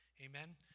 Amen